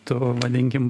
tu vadinkim